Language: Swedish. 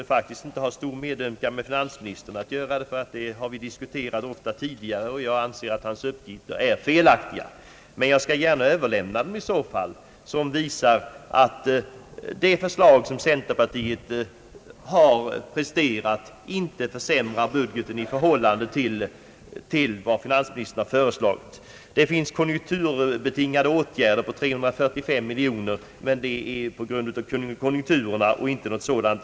Men jag skulle inte ha någon större medömkan med finansministern om jag gjorde det; vi har diskuterat detta ofta tidigare, och jag anser att hans uppgifter är felaktiga. Det förslag centerpartiet har presterat försämrar inte budgeten i förhållande till finansministerns budgetförslag. Det finns konjunkturbetingade åtgärder på 345 miljoner kronor.